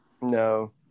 No